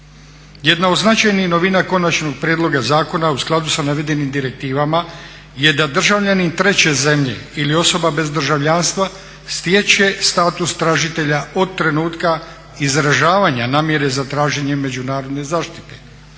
Jedna od značajnih novina Konačnog prijedloga zakona u skladu s navedenim direktivama je da državljanin treće zemlje ili osoba bez državljanstva stječe status tražitelja od trenutka izražavanja namjere za traženjem međunarodne zaštite